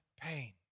pain